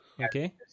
okay